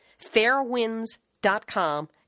fairwinds.com